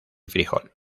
frijol